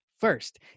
First